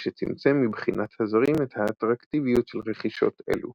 מה שצמצם מבחינת הזרים את האטרקטיביות של רכישות אלו.